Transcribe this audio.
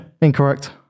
incorrect